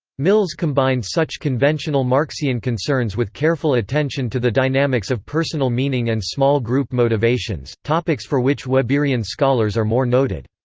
mills combined such conventional marxian concerns with careful attention to the dynamics of personal meaning and small-group motivations, topics for which weberian scholars are more noted.